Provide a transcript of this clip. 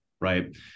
Right